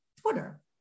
Twitter